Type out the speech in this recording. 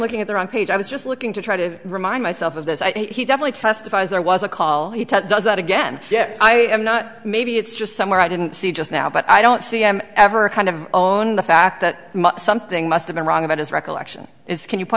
looking at there on page i was just looking to try to remind myself of this i think he definitely testifies there was a call he does that again yes i am not maybe it's just somewhere i didn't see just now but i don't see them ever kind of the fact that something must have been wrong about his recollection is can you p